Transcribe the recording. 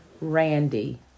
Randy